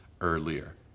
earlier